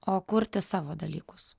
o kurti savo dalykus